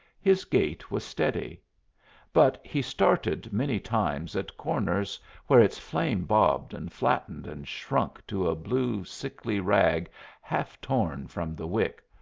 his gait was steady but he started many times at corners where its flame bobbed and flattened and shrunk to a blue, sickly rag half torn from the wick.